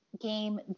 game